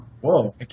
Whoa